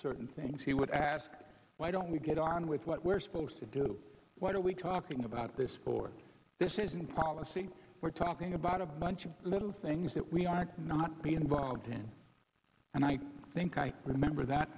certain things he would ask why don't we get on with what we're supposed to do what we talking about this or this isn't policy we're talking about a bunch of little things that we are not be involved in and i think i remember that